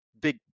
big